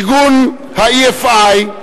ארגון ה-EFI,